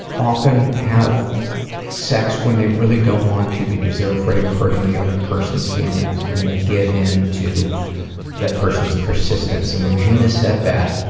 often have sex when they really don't want to because they're afraid of hurting the other person's feelings, and they give in to that person's persistence. and when gina said that,